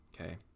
Okay